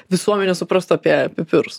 visuomenė suprastų apie pipirus